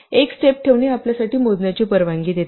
एक स्टेप ठेवणे आपल्याला मोजण्याची परवानगी देते